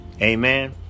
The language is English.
Amen